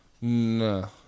No